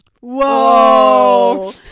Whoa